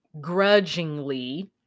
grudgingly